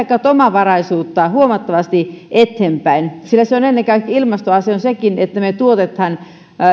kautta omavaraisuutta huomattavasti eteenpäin sillä ilmastoasia on sekin että me tuotamme